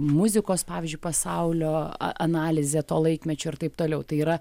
muzikos pavyzdžiui pasaulio analizė to laikmečio ir taip toliau tai yra